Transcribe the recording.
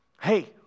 hey